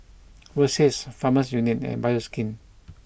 Versace Farmers Union and Bioskin